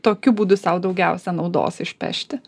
tokiu būdu sau daugiausia naudos išpešti